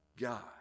God